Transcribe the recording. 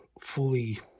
fully